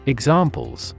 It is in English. Examples